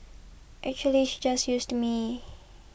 actually she just used me